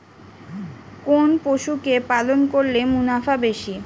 কোন পশু কে পালন করলে মুনাফা বেশি?